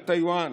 בטאיוואן,